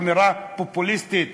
אמירה פופוליסטית